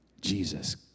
Jesus